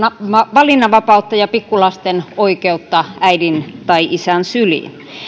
valinnanvapautta ja pikkulasten oikeutta äidin tai isän syliin